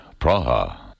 Praha